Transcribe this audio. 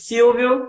Silvio